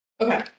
Okay